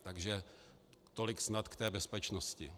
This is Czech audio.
Takže tolik snad k té bezpečnosti.